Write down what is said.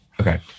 Okay